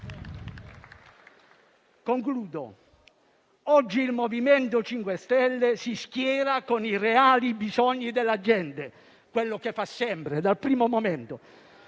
porto. Oggi il MoVimento 5 Stelle si schiera con i reali bisogni della gente, che è ciò che fa sempre, dal primo momento,